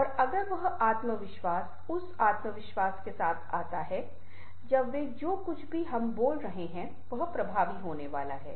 और अगर वह आत्मविश्वास उस आत्मविश्वास के साथ आता है जब वे जो कुछ भी हम बोल रहे हैं वह प्रभावी होने वाला है